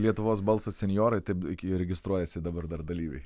lietuvos balsas senjorai taip iki registruojasi dabar dar dalyviai